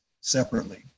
separately